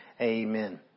Amen